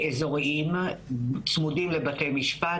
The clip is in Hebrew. אזוריים צמודים לבתי משפט,